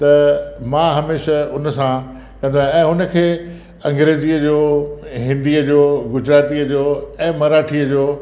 त मां हमेशा उन सां कंदो आहियां ऐं उन खे अंग्रेज़ीअ जो हिंदीअ जो गुजरातीअ जो ऐं मराठीअ जो